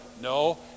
No